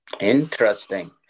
Interesting